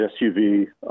SUV